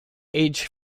age